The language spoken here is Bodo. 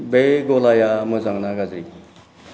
बे गलाया मोजां ना गाज्रि